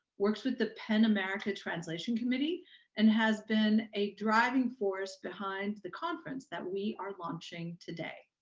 works with the pen america translation committee and has been a driving force behind the conference that we are launching today.